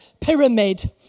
pyramid